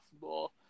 possible